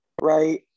right